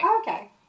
Okay